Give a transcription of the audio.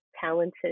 talented